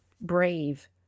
brave